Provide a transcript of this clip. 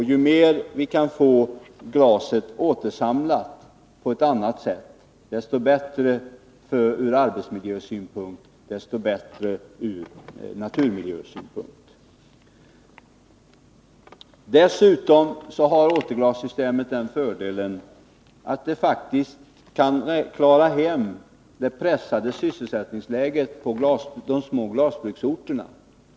Ju mer vi kan få glas återsamlat på annat sätt, desto bättre är det ur arbetsmiljösynpunkt och desto bättre ur naturmiljösynpunkt. Dessutom har återglassystemet den fördelen att det faktiskt kan klara det pressade sysselsättningsläget på de små glasbruksorterna.